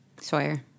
Sawyer